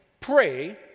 pray